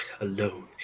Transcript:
Alone